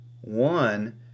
One